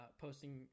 posting